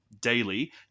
daily